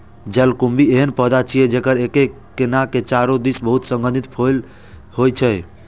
जलकुंभी एहन पौधा छियै, जेकर एके तना के चारू दिस बहुत सुगंधित फूल होइ छै